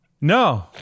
no